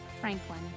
Franklin